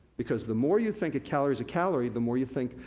because the more you think a calorie's a calorie, the more you think,